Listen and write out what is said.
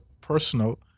personal